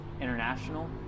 International